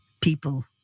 people